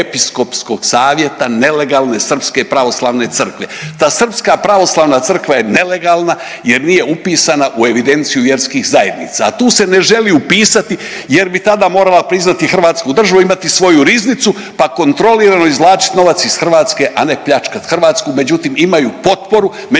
nelegalne Srpske pravoslavne crkve. Ta Srpska pravoslavna crkva je nelegalna jer nije upisana u evidenciju vjerskih zajednica, a tu se ne želi upisati jer bi tada morala priznati hrvatsku državu, imati svoju riznicu pa kontrolirano izvlačiti novac iz Hrvatske, a ne pljačkati Hrvatsku. Međutim, imaju potporu među